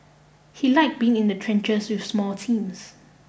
he liked being in the trenches with small teams